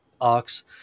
ox